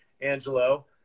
Angelo